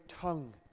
tongue